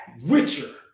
richer